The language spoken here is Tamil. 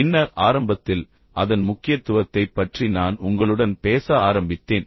பின்னர் ஆரம்பத்தில் அதன் முக்கியத்துவத்தைப் பற்றி நான் உங்களுடன் பேச ஆரம்பித்தேன்